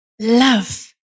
Love